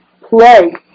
play